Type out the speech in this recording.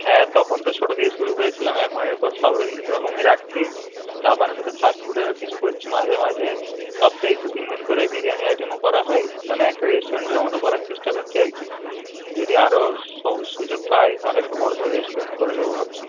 হ্যাঁ তখন তো ছোটো দিয়ে শুরু করেছিলাম এখন এরপর সব রকমই রাখছি চা পানের সাথে ফাস্টফুডেরও কিছু করছি মাঝে মাঝে সপ্তাহে দু তিন দিন করে বিরিয়ানির আইটেমও করা হয় মানে একটা রেস্টুরেন্টের মতো করার চেষ্টা করছি আর কি যদি আরও সুযোগ পাই তাহলে একটু বড়ো সড়ো রেস্টুরেন্ট করে দেবো ভাবছি